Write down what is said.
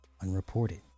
unreported